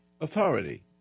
authority